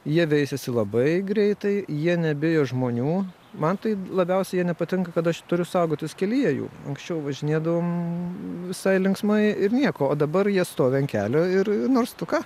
jie veisiasi labai greitai jie nebijo žmonių man tai labiausiai jie nepatinka kad aš turiu saugotis kelyje jų anksčiau važinėdavom visai linksmai ir nieko o dabar jie stovi ant kelio ir nors tu ką